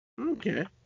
Okay